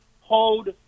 hold